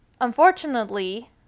unfortunately